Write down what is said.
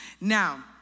Now